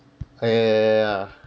ah ya ya